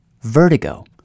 Vertigo